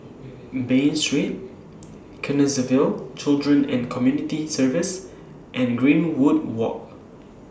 Bain Street Canossaville Children and Community Services and Greenwood Walk